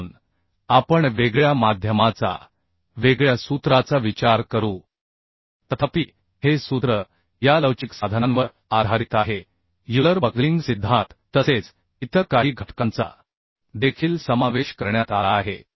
म्हणून आपण वेगळ्या माध्यमाचा वेगळ्या सूत्राचा विचार करू तथापि हे सूत्र या लवचिक साधनांवर आधारित आहे युलर बकलिंग सिद्धांत तसेच इतर काही घटकांचा देखील समावेश करण्यात आला आहे